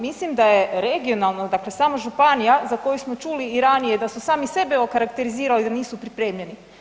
Mislim da je regionalno, dakle samo županija za koju smo čuli i ranije da su sami sebe okarakterizirali da nisu pripremljeni.